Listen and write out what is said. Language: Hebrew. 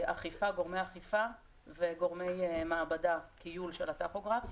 גורמי אכיפה וגורמי מעבדה, כיול של הטכוגרף.